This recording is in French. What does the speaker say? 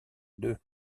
deux